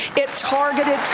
it targeted